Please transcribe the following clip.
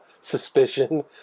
suspicion